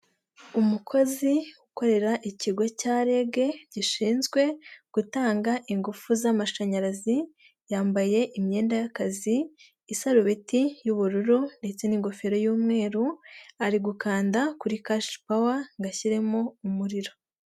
Umukozi ukorera ikigo cya REG, gishinzwe gutanga ingufu z'amashanyarazi, yambaye imyenda y'akazi, isarubeti y'ubururu ndetse n'ingofero y'umweru, ari gukanda kuri cash power ngo ashyiremo umuriro.